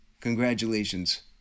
Congratulations